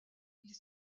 ils